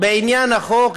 בעניין החוק,